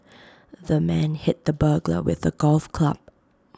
the man hit the burglar with A golf club